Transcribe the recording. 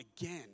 again